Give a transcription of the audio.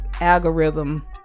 algorithm